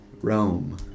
Rome